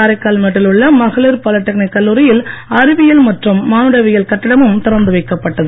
காரைக்கால்மேட்டில் உள்ள மகளிர் பாலிடெக்னிக் கல்லூரியில் அறிவியல் மற்றும் மானுடவியல் கட்டிடமும் திறந்து வைக்கப்பட்டது